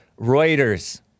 Reuters